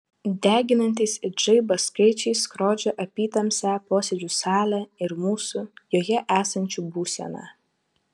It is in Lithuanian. deginantys it žaibas skaičiai skrodžia apytamsę posėdžių salę ir mūsų joje esančių būseną